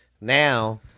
Now